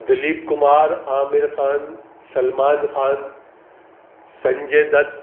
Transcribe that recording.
Dilip Kumar Aamir Khan Salman Khan Sanjay Dutt